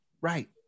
Right